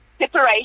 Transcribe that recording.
separation